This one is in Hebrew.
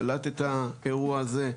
קלט את האירוע הזה,